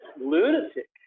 lunatic